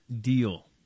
deal